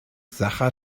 sacher